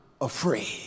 afraid